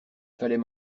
fallait